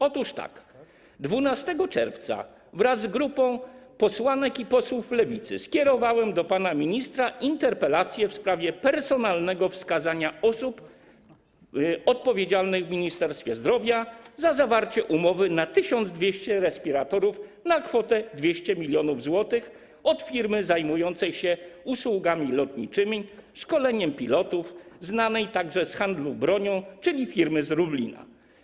Otóż tak: 12 czerwca wraz z grupą posłanek i posłów Lewicy skierowałem do pana ministra interpelację w sprawie personalnego wskazania osób odpowiedzialnych w Ministerstwie Zdrowia za zawarcie umowy na zakup 1200 respiratorów za kwotę 200 mln zł od firmy zajmującej się usługami lotniczymi, szkoleniem pilotów, znanej także z handlu bronią, czyli firmy z Lublina.